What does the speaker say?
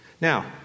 Now